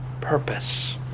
purpose